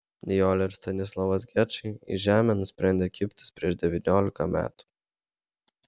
nijolė ir stanislovas gečai į žemę nusprendė kibtis prieš devyniolika metų